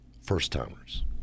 First-timers